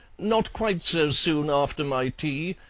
not quite so soon after my tea.